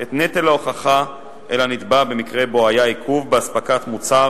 את נטל ההוכחה אל הנתבע במקרה שבו היה עיכוב באספקת מוצר